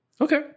Okay